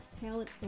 talent